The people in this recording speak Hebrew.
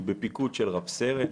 בפיקוד רב-סרן.